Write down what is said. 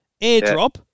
Airdrop